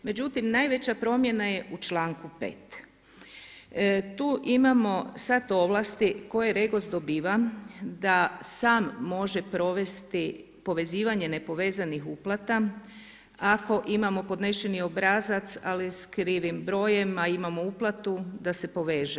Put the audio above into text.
Međutim, najveća promjena je u članku 5. Tu imamo sad ovlasti koje REGOS dobiva da sam može provesti povezivanje nepovezanih uplata ako imamo podneseni obrazac ali s krivim brojem, a imamo uplatu da se poveže.